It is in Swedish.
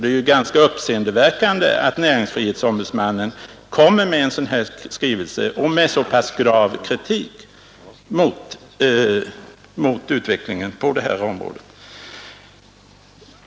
Det är ändå uppseendeväckande att näringsfrihetsombudsmannen kommer med en sådan skrivelse och framför så pass grav kritik mot utvecklingen på det här området.